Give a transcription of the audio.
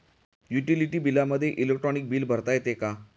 Utility बिलामध्ये electronic bill भरता येते का?